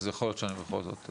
אז יכול להיות שאני בכל זאת צודק.